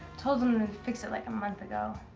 told em to fix it like a month ago.